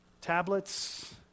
tablets